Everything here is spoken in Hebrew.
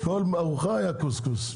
כל ארוחה היה קוסקוס.